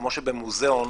כמו שבמוזיאון,